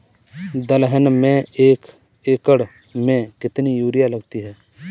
दलहन में एक एकण में कितनी यूरिया लगती है?